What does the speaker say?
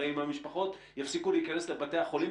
הרי אם המשפחות יפסיקו להיכנס לבתי החולים,